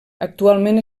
actualment